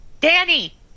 Danny